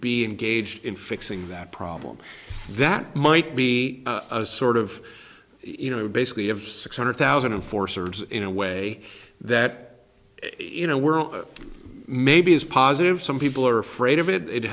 be engaged in fixing that problem that might be sort of you know basically of six hundred thousand and four serves in a way that you know we're maybe as positive some people are afraid of it